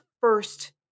first